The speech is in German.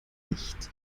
nicht